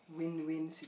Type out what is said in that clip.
win win